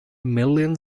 million